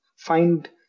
find